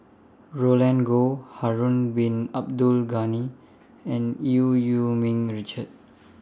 Roland Goh Harun Bin Abdul Ghani and EU Yee Ming Richard